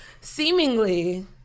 seemingly